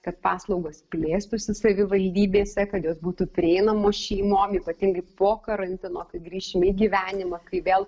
kad paslaugos plėstųsi savivaldybėse kad jos būtų prieinamos šeimom ypatingai po karantino kai grįšim į gyvenimą kai vėl